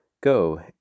Go